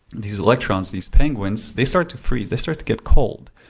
these electrons, these penguins, they start to freeze, they start to get cold.